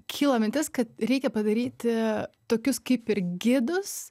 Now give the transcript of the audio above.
kyla mintis kad reikia padaryti tokius kaip ir gidus